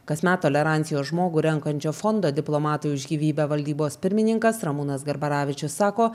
kasmet tolerancijos žmogų renkančio fondo diplomatai už gyvybę valdybos pirmininkas ramūnas garbaravičius sako